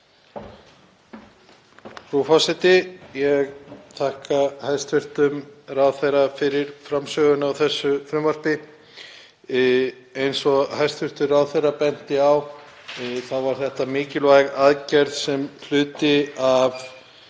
Frú forseti. Ég þakka hæstv. ráðherra fyrir framsöguna á þessu frumvarpi. Eins og hæstv. ráðherra benti á er þetta mikilvæg aðgerð sem hluti af